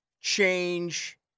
change